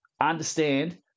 understand